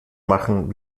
machen